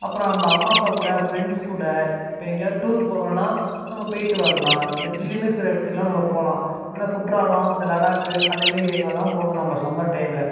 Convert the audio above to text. அப்புறம் நம்ம அம்மா அப்பா கூட ஃப்ரெண்ட்ஸ் கூட இப்போ எங்கேயாவது டூர் போகிறோனா நம்ம போய்விட்டு வரலாம் இப்போ ஜில்லுன்னு இருக்க இடத்துக்குலாம் நம்ம போகலாம் குற்றாலம் இந்த லடாக்கு அந்த மாரி ஏரியாலெலாம் போகலாம் நம்ம சம்மர் டைமில்